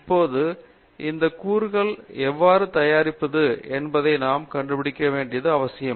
இப்போது இந்த கூறுகளை எவ்வாறு தயாரிப்பது என்பதை நாம் கண்டுபிடிக்க வேண்டியது அவசியம்